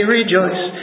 rejoice